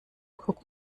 guck